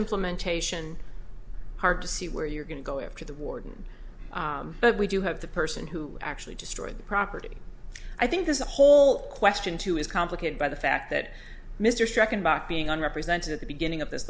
implementation hard to see where you're going to go after the warden but we do have the person who actually destroyed the property i think the whole question too is complicated by the fact that mr striken by being on represented at the beginning of this